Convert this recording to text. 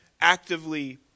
actively